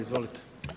Izvolite.